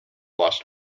lost